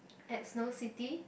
at Snow City